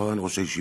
מרן ראש הישיבה,